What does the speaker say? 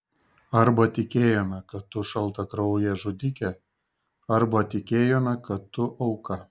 arba tikėjome kad tu šaltakraujė žudikė arba tikėjome kad tu auka